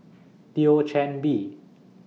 Thio Chan Bee